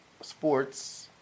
sports